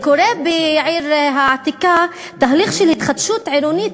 קורה בעיר העתיקה תהליך של התחדשות עירונית,